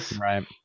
Right